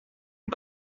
and